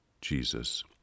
Jesus